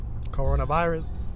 coronavirus